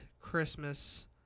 christmas